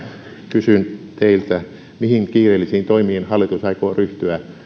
kysyn teiltä mihin kiireellisiin toimiin hallitus aikoo ryhtyä